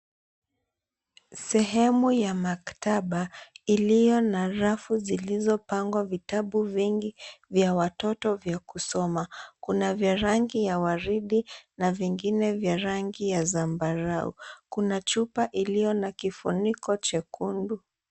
Sehemu ya maktaba iliyo na rafu zilizopangwa vitabu vingi vya watoto vya kusoma. Kuna vya rangi ya waridi na vingine vya rangi ya zambarau. Kuna chupa iliyo na kifuniko chekundu.